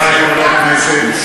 חברי חברי הכנסת,